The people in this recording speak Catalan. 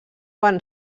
van